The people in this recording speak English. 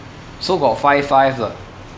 so got five five lah